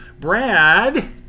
Brad